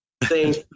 Thank